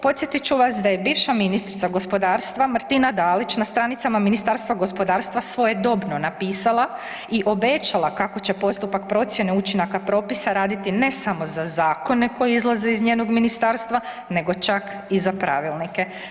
Podsjetit ću vas da je bivša ministrica gospodarstva Martina Dalić na stranicama Ministarstva gospodarstva svojedobno napisala i obećala kako će postupak procjene učinaka propisa raditi ne samo za zakone koje izlaze iz njenog ministarstva nego čak i za pravilnike.